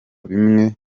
bimwe